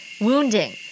wounding